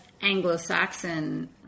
Anglo-Saxon